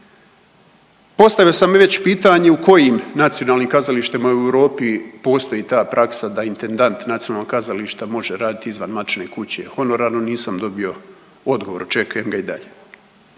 Postavio sam i već pitanje u kojim nacionalnim kazalištima u Europi postoji ta praksa da intendant nacionalnog kazališta može raditi izvan matične kuće honorarno, nisam dobio odgovor očekujem da i dalje.